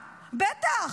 בטח.